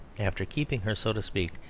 after keeping her, so to speak,